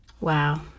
Wow